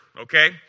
okay